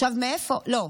לא.